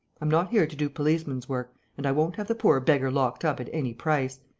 i'm not here to do policeman's work and i won't have the poor beggar locked up at any price.